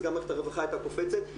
גם מערכת הרווחה הייתה קופצת.